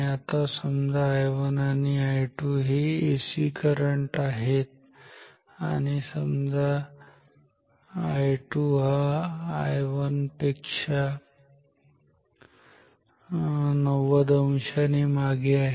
आता समजा I1 आणि I2 हे एसी करंट आहेत आणि समजा I2 हा I1 पेक्षा 90 अंशाने मागे आहे